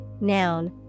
Noun